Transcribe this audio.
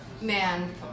man